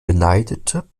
beneidete